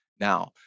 Now